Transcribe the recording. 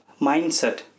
mindset